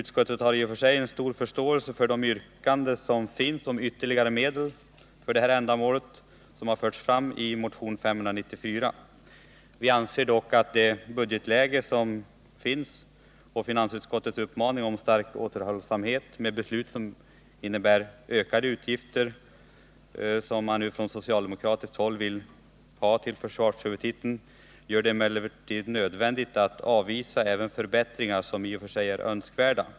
Utskottet har i och för sig stor förståelse för det yrkande om ytterligare medel för ändamålet som har förts fram i motionen 594. Vi anser dock att det budgetläge som råder och finansutskottets uppmaning om stark återhållsamhet med beslut som medför ökade utgifter — och från socialdemokratiskt håll föreslår man nu sådana på försvarshuvudtiteln — gör det nödvändigt att avvisa även förbättringar som i och för sig är önskvärda.